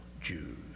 Jews